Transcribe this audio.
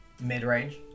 mid-range